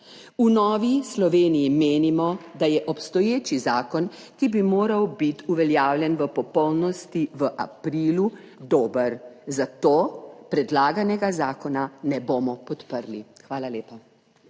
V Novi Sloveniji menimo, da je obstoječi zakon, ki bi moral biti uveljavljen v popolnosti v aprilu, dober, zato predlaganega zakona 4. TRAK: (NB)